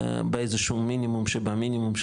באיזשהו מינימום של המינימום.